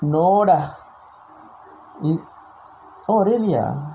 no oh really ah